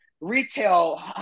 retail